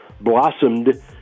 blossomed